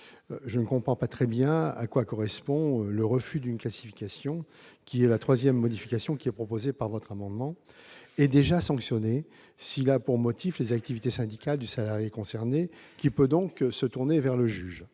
je ne comprends pas très bien à quoi correspond le « refus d'une classification », la troisième modification proposée dans l'amendement -est déjà sanctionné s'il a pour motif les activités syndicales du salarié concerné, qui peut donc se tourner vers le juge.